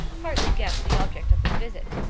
partly guessed the object of his visit.